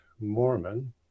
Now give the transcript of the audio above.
Mormon